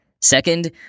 Second